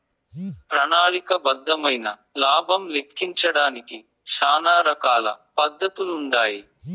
ప్రణాళిక బద్దమైన లాబం లెక్కించడానికి శానా రకాల పద్దతులుండాయి